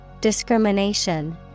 Discrimination